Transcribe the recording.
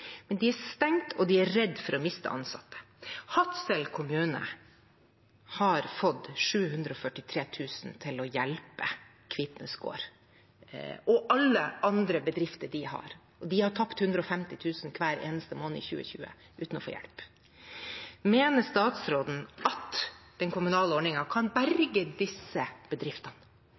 De er stengt, og de er redd for å miste ansatte. Hadsel kommune har fått 743 000 kr til å hjelpe Kvitnes gård og alle andre bedrifter de har. De har tapt 150 000 kr hver eneste måned i 2020, uten å få hjelp. Mener statsråden at den kommunale ordningen kan berge disse bedriftene?